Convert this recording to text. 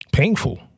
Painful